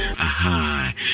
Aha